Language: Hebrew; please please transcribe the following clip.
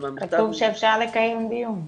כתוב שאפשר לקיים דיון.